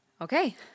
Okay